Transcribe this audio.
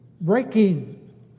breaking